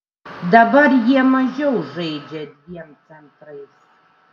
dabar jie mažiau žaidžia dviem centrais